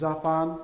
Japan